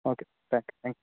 okay thank you thank